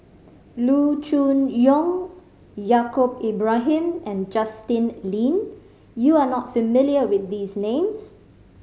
Loo Choon Yong Yaacob Ibrahim and Justin Lean you are not familiar with these names